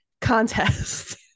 contest